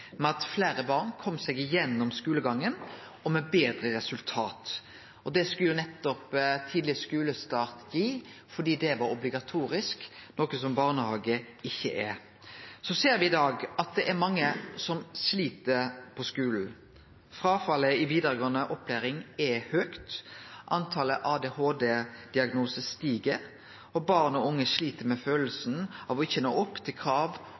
med betre resultat. Det skulle nettopp tidlig skulestart gi, fordi det var obligatorisk, noko som barnehage ikkje er. Så ser me i dag at det er mange som slit på skulen. Fråfallet i vidaregåande opplæring er høgt. Talet på ADHD-diagnosar stig, og barn og unge slit med følelsen av ikkje å nå opp til krav